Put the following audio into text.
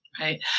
Right